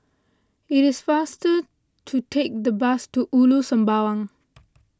it is faster to take the bus to Ulu Sembawang